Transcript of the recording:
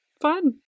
fun